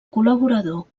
col·laborador